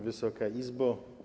Wysoka Izbo!